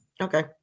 Okay